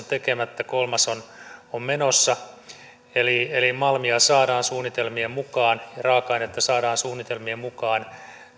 tekemättä kolmas on on menossa eli eli malmia saadaan suunnitelmien mukaan raaka ainetta saadaan suunnitelmien mukaan